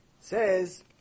says